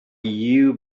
you